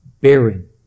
bearing